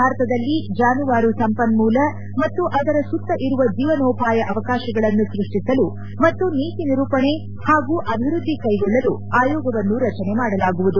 ಭಾರತದಲ್ಲಿ ಜಾನುವಾರು ಸೆಂಪನ್ಮೂಲ ಮತ್ತು ಅದರ ಸುತ್ತ ಇರುವ ಜೀವನೋಪಾಯ ಅವಕಾಶಗಳನ್ನು ಸ್ಪಷ್ಟಿಸಲು ಮತ್ತು ನೀತಿ ನಿರೂಪಣೆ ಮತ್ತು ಅಭಿವೃದ್ದಿ ಕೈಗೊಳ್ಳಲು ಆಯೋಗವನ್ನು ರಚನೆ ಮಾಡಲಾಗುವುದು